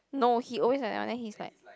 no he always like that one then he's like